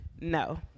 No